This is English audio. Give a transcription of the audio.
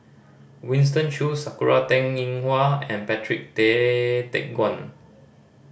Winston Choos Sakura Teng Ying Hua and Patrick Tay Teck Guan